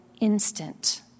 instant